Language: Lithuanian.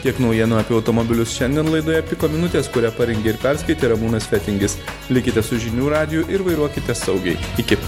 tiek naujienų apie automobilius šiandien laidoje piko minutės kurią parengė ir perskaitė ramūnas fetingis likite su žinių radiju ir vairuokite saugiai iki